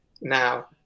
now